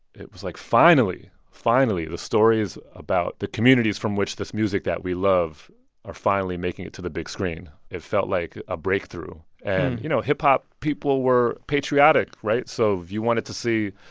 it was like, finally. finally, the stories about the communities from which this music that we love are finally making it to the big screen. it felt like a breakthrough. and, you know, hip-hop people were patriotic, right? so you wanted to see,